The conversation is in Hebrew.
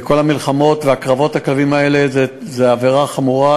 וכל המלחמות וקרבות הכלבים האלה הם עבירה חמורה,